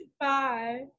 Bye